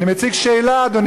אני מציג שאלה, אדוני היושב-ראש.